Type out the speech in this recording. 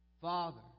Father